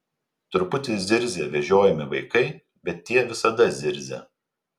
truputį zirzia vežiojami vaikai bet tie visada zirzia